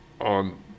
on